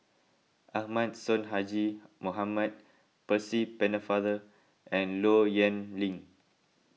Ahmad Sonhadji Mohamad Percy Pennefather and Low Yen Ling